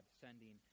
sending